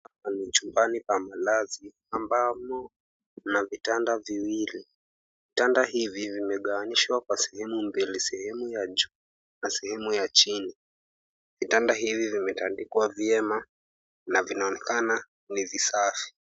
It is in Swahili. Hapa ni chumbani pa malazi ambamo kuna vitanda viwili. Vitanda hivi vimegawanyishwa kwa sehemu mbili. Sehemu ya juu na sehemu ya chini. Vitanda hivi vimetandikwa vyema na vinaonekana ni visafi.